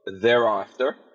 thereafter